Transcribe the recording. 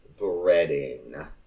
breading